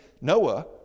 Noah